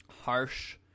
harsh